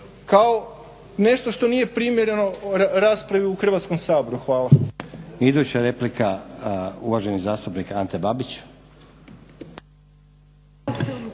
kao nešto što nije primjereno raspravi u Hrvatskom saboru. Hvala.